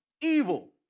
evil